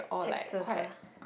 Texas ah